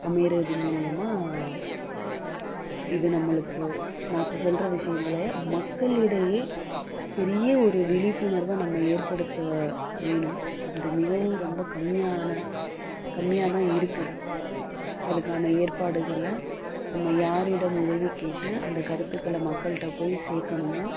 அமையிறது மூலியமாக இது நம்மளுக்கு நான் இப்போ சொல்லுற விஷயங்களைய மக்கள் இடையே பெரிய ஒரு விழிப்புணர்வா நம்ம ஏற்படுத்த வேணும் அது மிகவும் ரொம்ப கம்மியான கம்மியாக தான் இருக்கு அதற்கான ஏற்பாடுகளை நம்ம யாரிடமும் உதவிக்கேட்டு அந்த கருத்துக்கள மக்கள்கிட்ட போய் சேர்க்கணுமோ